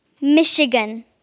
Michigan